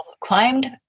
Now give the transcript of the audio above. climbed